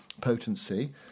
potency